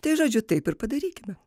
tai žodžiu taip ir padarykime